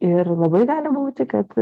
ir labai gali būti kad